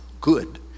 good